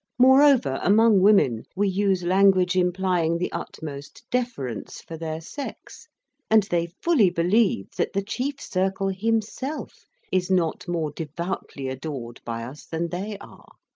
moreover, among women, we use language implying the utmost deference for their sex and they fully believe that the chief circle himself is not more devoutly adored by us than they are